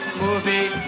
movie